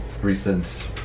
recent